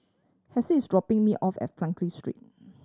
Halsey is dropping me off at Frankel Street